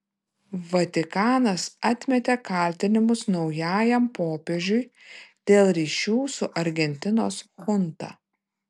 vatikanas atmetė kaltinimus naujajam popiežiui dėl ryšių su argentinos chunta